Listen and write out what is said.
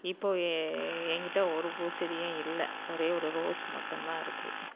இப்போது என் கிட்டே ஒரு பூச்செடியும் இல்லை ஒரே ஒரு ரோஸ் மட்டும்தான் இருக்குது